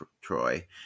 Troy